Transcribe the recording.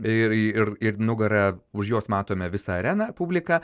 ir nugara už jos matome visą areną publika